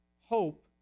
hope